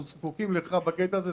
אנחנו זקוקים לך בקטע הזה.